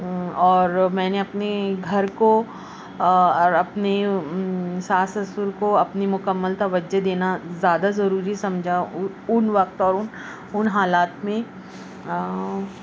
اور میں نے اپنے گھر کو اور اپنی ساس سسر کو اپنی مکمل توجہ دینا زیادہ ضروری سمجھا ان وقت پر ان حالات میں